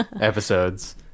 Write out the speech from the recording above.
episodes